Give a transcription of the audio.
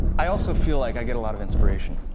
i also feel like i get a lot of inspiration